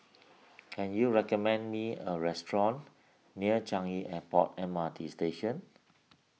can you recommend me a restaurant near Changi Airport M R T Station